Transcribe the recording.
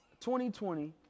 2020